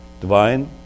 Divine